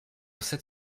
sept